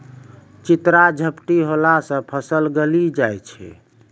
चित्रा झपटी होला से फसल गली जाय छै?